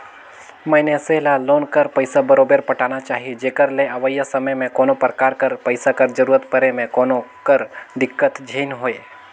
मइनसे ल लोन कर पइसा बरोबेर पटाना चाही जेकर ले अवइया समे में कोनो परकार कर पइसा कर जरूरत परे में कोनो कर दिक्कत झेइन होए